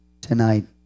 tonight